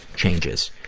changes.